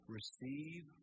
Receive